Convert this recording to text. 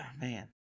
man